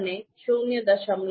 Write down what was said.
આપણને ૦